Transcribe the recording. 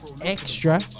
extra